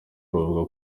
bavuga